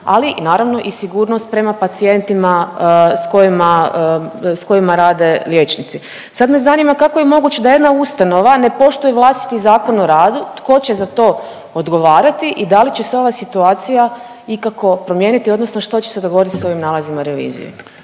ali naravno i sigurnost prema pacijentima s kojima rade liječnici. Sad me zanima kako je moguće da jedna ustanova ne poštuje vlastiti ZOR, tko će za to odgovarati i da li će se ova situacija ikako promijeniti odnosno što će se dogoditi s ovim nalazima revizije?